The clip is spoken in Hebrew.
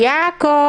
יעקב,